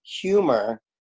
Humor